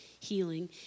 healing